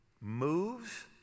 moves